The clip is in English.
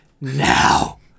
now